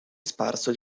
sparso